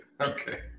okay